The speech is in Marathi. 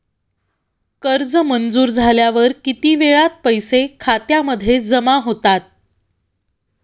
कर्ज मंजूर झाल्यावर किती वेळात पैसे खात्यामध्ये जमा होतात?